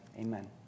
Amen